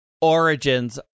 origins